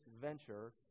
venture